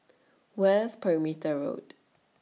West Perimeter Road